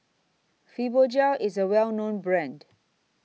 Fibogel IS A Well known Brand